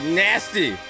nasty